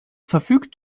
verfügt